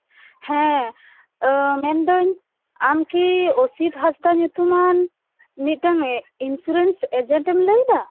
ᱦᱮᱸ ᱢᱮᱱᱫᱟᱹᱧ ᱟᱢᱠᱤ ᱚᱥᱤᱛ ᱦᱟᱸᱥᱫᱟ ᱧᱩᱛᱩᱢᱟᱱ ᱢᱤᱫᱴᱟᱝ ᱤᱱᱥᱩᱨᱮᱱᱥ ᱮᱡᱮᱱᱴᱮᱢ ᱞᱟᱹᱭᱫᱟ